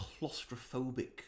claustrophobic